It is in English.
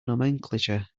nomenclature